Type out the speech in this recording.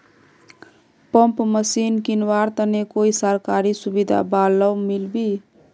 Pump machine किनवार तने कोई सरकारी सुविधा बा लव मिल्बी?